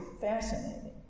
fascinating